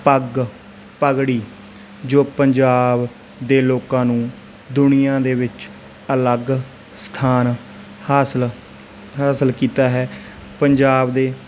ਪੱਗ ਪਗੜੀ ਜੋ ਪੰਜਾਬ ਦੇ ਲੋਕਾਂ ਨੂੰ ਦੁਨੀਆਂ ਦੇ ਵਿੱਚ ਅਲੱਗ ਸਥਾਨ ਹਾਸਲ ਹਾਸਲ ਕੀਤਾ ਹੈ ਪੰਜਾਬ ਦੇ